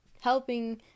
helping